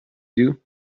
you